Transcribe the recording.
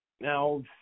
Now